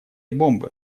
бомбы